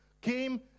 came